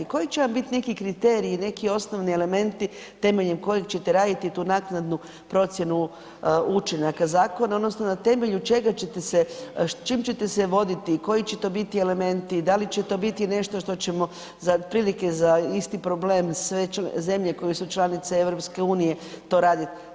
Koji će vam biti neki kriterij, neki osnovni elementi temeljem kojeg ćete raditi tu naknadu procjenu učinaka zakona odnosno na temelju čega ćete se, s čim ćete se voditi, koji će to biti elementi, da li će to biti nešto što ćemo za, otprilike za isti problem sve zemlje koje su članice EU to raditi?